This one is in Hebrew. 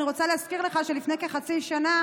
אני רוצה להזכיר לך שלפני כחצי שנה